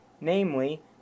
namely